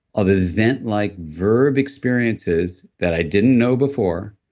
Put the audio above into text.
of event-like verb experiences that i didn't know before,